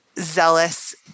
zealous